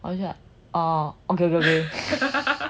then 我就 like oh okay okay okay